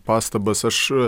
pastabas aš